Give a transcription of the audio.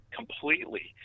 completely